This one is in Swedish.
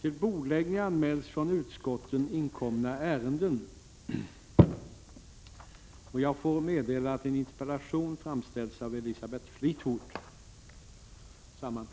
I Värmland diskuteras för närvarande mycket intensivt frågan om nedläggningen av landstingets konsumtionsekonomiska utbildningar vid Nygårdsskolan.